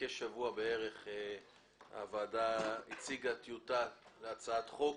כשבוע הוועדה הציגה טיוטה של הצעת חוק,